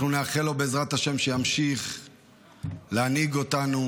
אנחנו נאחל לו, בעזרת השם, שימשיך להנהיג אותנו